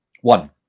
One